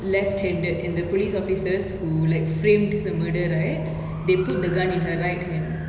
left-handed and the police officers who like framed the murder right they put the gun in her right hand